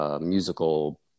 musical